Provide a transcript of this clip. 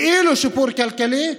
כאילו שיפור כלכלי,